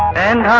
and